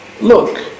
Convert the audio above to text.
look